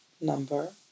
number